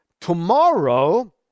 tomorrow